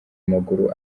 amaguru